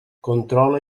controla